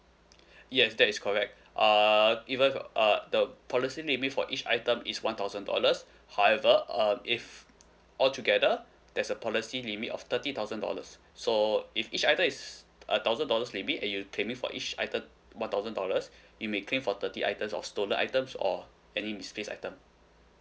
yes that is correct uh even if uh the policy limit for each item is one thousand dollars however um if all together there's a policy limit of thirty thousand dollars so if each item is a thousand dollars limit and you claiming for each item one thousand dollars you may claim for thirty items of stolen items or any misplaced item